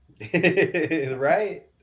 right